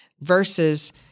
versus